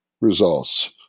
results